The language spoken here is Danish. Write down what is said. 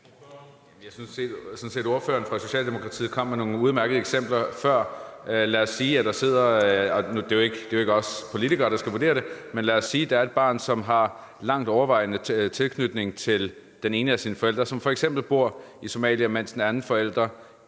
set, at ordføreren for Socialdemokratiet kom med nogle udmærkede eksempler før. Nu er det jo ikke os politikere, der skal vurdere det, men lad os sige, at der er et barn, som i langt overvejende grad har tilknytning til den ene af sine forældre, som f.eks. bor i Somalia, mens barnet ikke